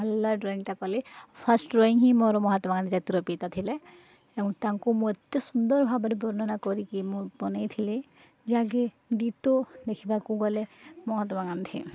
ଭଲ ଡ୍ରଇଂଟା କଲି ଫାଷ୍ଟ ଡ୍ରଇଂ ହିଁ ମୋର ମହାତ୍ମା ଗାନ୍ଧୀ ଜାତିର ପିତା ଥିଲେ ଏବଂ ତାଙ୍କୁ ମୁଁ ଏତେ ସୁନ୍ଦର ଭାବରେ ବର୍ଣ୍ଣନା କରିକି ମୁଁ ବନେଇଥିଲି ଯାହାକି ଡିଟୋ ଦେଖିବାକୁ ଗଲେ ମହାତ୍ମା ଗାନ୍ଧୀ